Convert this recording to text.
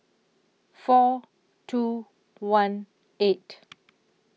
four two one eight